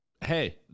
hey